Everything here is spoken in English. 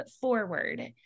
forward